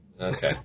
Okay